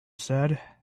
said